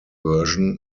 version